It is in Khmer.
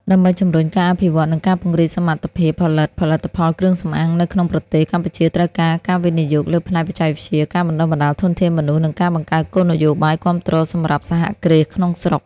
ដើម្បីជំរុញការអភិវឌ្ឍន៍ និងការពង្រីកសមត្ថភាពផលិតផលិតផលគ្រឿងសម្អាងនៅក្នុងប្រទេស កម្ពុជាត្រូវការការវិនិយោគលើផ្នែកបច្ចេកវិទ្យា ការបណ្ដុះបណ្ដាលធនធានមនុស្ស និងការបង្កើតគោលនយោបាយគាំទ្រសម្រាប់សហគ្រាសក្នុងស្រុក។